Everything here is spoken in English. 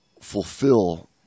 fulfill